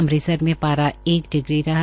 अमृतसर का पारा एक डिग्री रहा